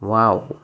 wow